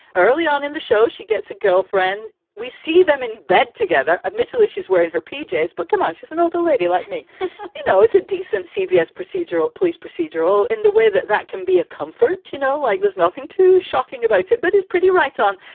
early on in the show, she gets a girlfriend. we see them in bed together. admittedly, she's wearing her p j s. but come on, she's an older lady like me. you know, it's a decent cbs procedural, police procedural in the way that that can be a comfort. you know, like there's nothing too shocking about it, but it's pretty right on.